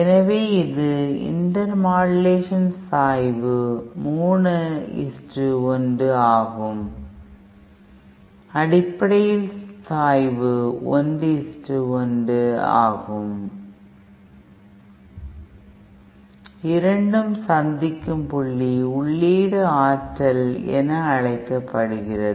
எனவே இது intermodulation சாய்வு 3 1 ஆகும் அடிப்படையின் சாய்வு 11 ஆகும் இரண்டும் சந்திக்கும் புள்ளி உள்ளீடு ஆற்றல் என அழைக்கப்படுகிறது